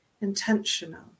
intentional